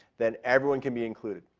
then everyone can be included,